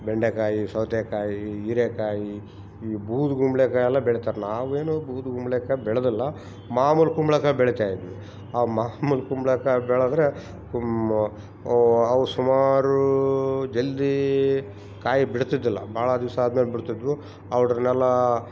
ಬೆಂಡೆಕಾಯಿ ಸೌತೆಕಾಯಿ ಹಿರೇಕಾಯಿ ಈ ಬೂದುಗುಂಬ್ಳಕಾಯಲ್ಲ ಬೆಳಿತಾರೆ ನಾವೇನು ಬೂದುಗುಂಬ್ಳಕಾಯ್ ಬೆಳೆದಿಲ್ಲ ಮಾಮೂಲು ಕುಂಬಳಕಾಯಿ ಬೆಳಿತಾಯಿದ್ವಿ ಆ ಮಾಮೂಲು ಕುಂಬ್ಳಕಾಯಿ ಬೆಳೆದ್ರೆ ಕುಮ್ ಅವ್ರು ಸುಮಾರು ಜಲ್ದೀ ಕಾಯಿ ಬಿಡ್ತಿದ್ದಿಲ್ಲ ಭಾಳ ದಿವಸ ಆದ್ಮೇಲೆ ಬಿಡ್ತಿದ್ವು ಔಡ್ರನೆಲ್ಲಾ